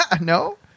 no